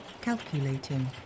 calculating